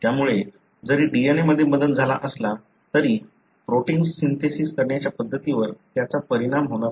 त्यामुळे जरी DNA मध्ये बदल झाला असला तरी प्रोटिन्स सिन्थेसिस करण्याच्या पद्धतीवर त्याचा परिणाम होणार नाही